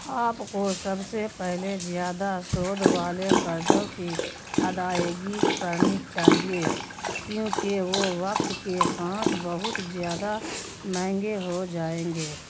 آپ کو سب سے پہلے زیادہ سود والے قرضوں کی ادائیگی کرنی چاہیے کیونکہ وہ وقت کے ساتھ بہت زیادہ مہنگے ہو جائیں گے